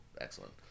Excellent